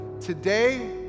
Today